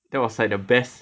that was like the best